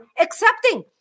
accepting